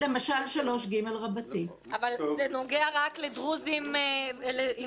למשל 3ג. אבל זה נוגע רק לדרוזים וכד'.